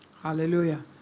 Hallelujah